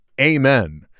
Amen